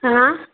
હા